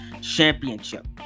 championship